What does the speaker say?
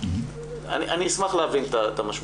אני אשמח להבין את המשמעות.